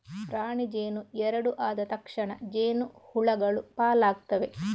ರಾಣಿ ಜೇನು ಎರಡು ಆದ ತಕ್ಷಣ ಜೇನು ಹುಳಗಳು ಪಾಲಾಗ್ತವೆ